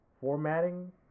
formatting